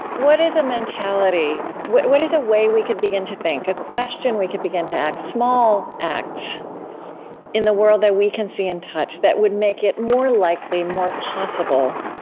what is a mentality, what what is a way we could begin to think, a question we could begin to ask, small acts in the world that we can see and touch that would make it more likely, more possible,